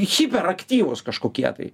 hiperaktyvūs kažkokie tai